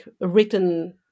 written